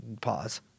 Pause